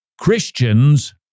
Christians